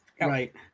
Right